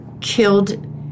killed